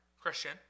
Christian